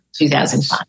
2005